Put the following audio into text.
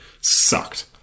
Sucked